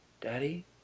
daddy